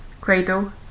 Cradle